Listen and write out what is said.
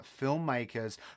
filmmakers